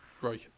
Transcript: right